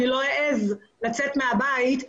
אני לא אעז לצאת מהבית.